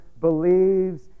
believes